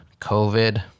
COVID